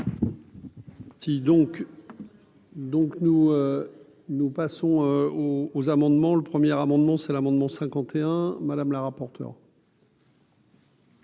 donc nous nous passons aux amendements, le premier amendement : c'est l'amendement 51 madame la rapporteure.